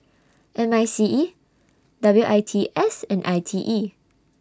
M I C E W I T S and I T E